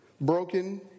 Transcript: broken